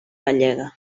gallega